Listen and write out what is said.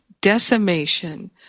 decimation